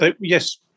Yes